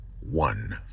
one